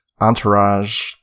entourage